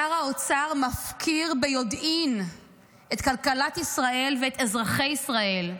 שר האוצר מפקיר ביודעין את כלכלת ישראל ואת אזרחי ישראל.